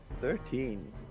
Thirteen